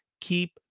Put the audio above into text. Keep